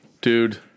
Dude